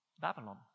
Babylon